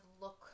look